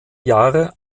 jahre